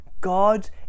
God